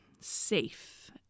safe